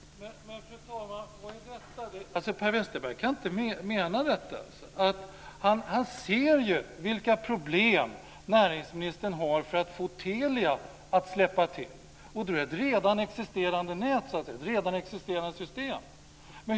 Fru talman! Men vad är detta? Per Westerberg kan inte mena detta. Han ser ju vilka problem näringsministern har för att få Telia att släppa till. Då är det ett redan existerande nät, ett redan existerande system.